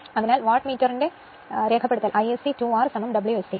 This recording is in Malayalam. അതിനാൽ wattmeter reading Isc 2 R W s c